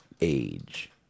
age